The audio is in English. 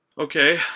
Okay